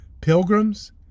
Pilgrims